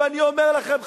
ואני אומר לכם,